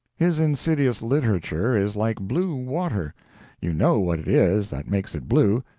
his insidious literature is like blue water you know what it is that makes it blue,